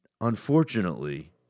unfortunately